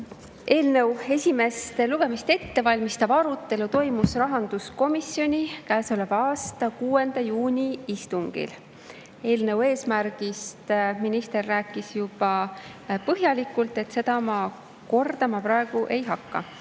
Eelnõu esimest lugemist ette valmistav arutelu toimus rahanduskomisjoni käesoleva aasta 6. juuni istungil. Eelnõu eesmärgist minister juba rääkis põhjalikult, seda ma kordama ei hakka.